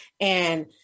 And-